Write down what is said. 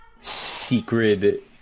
secret